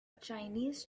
chinese